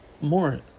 more